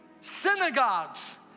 synagogues